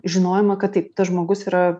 žinojimą kad taip tas žmogus yra